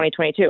2022